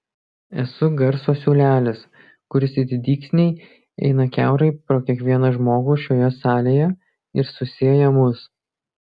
esu garso siūlelis kuris it dygsniai eina kiaurai pro kiekvieną žmogų šioje salėje ir susieja mus